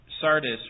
Sardis